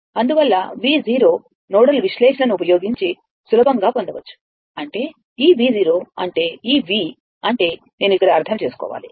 అందువల్ల V nodal విశ్లేషణను ఉపయోగించి సులభంగా పొందవచ్చు అంటే ఈ V అంటే ఈ V అంటే నేను ఇక్కడ అర్థం చేసుకోవాలి